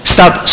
Stop